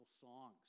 songs